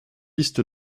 liste